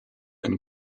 and